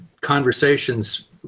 conversations